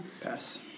pass